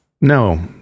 No